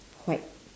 white